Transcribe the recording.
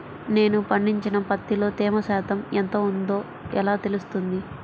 నేను పండించిన పత్తిలో తేమ శాతం ఎంత ఉందో ఎలా తెలుస్తుంది?